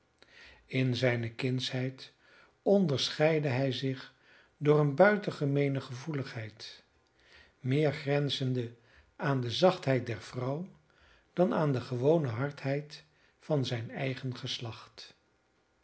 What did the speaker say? in zijne kindsheid onderscheidde hij zich door eene buitengemeene gevoeligheid meer grenzende aan de zachtheid der vrouw dan aan de gewone hardheid van zijn eigen geslacht